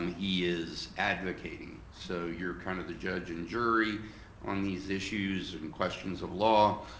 um he is advocating, so you're kind of the judge and jury on these issues and and questions of law,